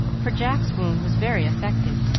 for jack's wound was very effective,